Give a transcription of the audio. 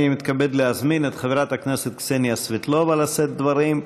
אני מתכבד להזמין את חברת הכנסת קסניה סבטלובה לשאת דברים.